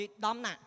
Domna